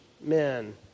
men